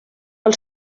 pel